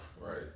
right